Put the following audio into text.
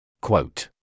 Quote